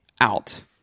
out